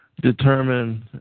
determine